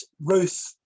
Ruth